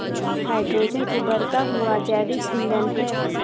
hydrogen उबरता हुआ जैविक ईंधन है